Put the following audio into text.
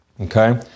Okay